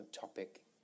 topic